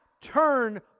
turn